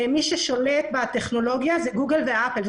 מי ששולט בטכנולוגיה זה גוגל ואפל,